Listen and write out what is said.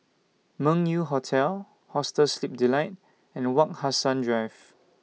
Meng Yew Hotel Hostel Sleep Delight and Wak Hassan Drive